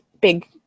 big